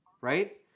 Right